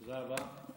תודה רבה.